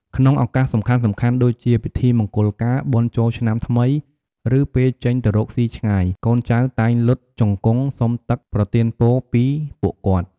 ក្នុងឱកាសសំខាន់ៗ ដូចជាពិធីមង្គលការ បុណ្យចូលឆ្នាំថ្មី ឬពេលចេញទៅរកស៊ីឆ្ងាយ កូនចៅតែងលុតជង្គង់សុំទឹកប្រទានពរពីពួកគាត់។